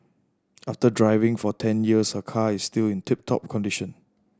after driving for ten years her car is still in tip top condition